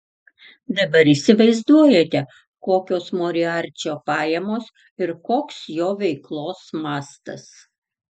dabar įsivaizduojate kokios moriarčio pajamos ir koks jo veiklos mastas